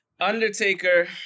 Undertaker